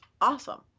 awesome